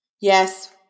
Yes